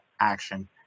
action